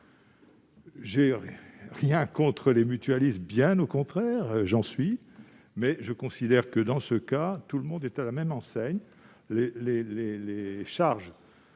Je n'ai rien contre les mutualistes, bien au contraire- j'en suis !-, mais je considère que tout le monde, en l'espèce, est à la même enseigne : les charges